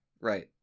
Right